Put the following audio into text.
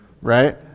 right